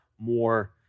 more